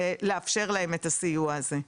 לאפשר להם את הסיוע הזה.